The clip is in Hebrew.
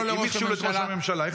אם הכשילו את ראש הממשלה, איך נדע את זה?